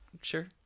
Sure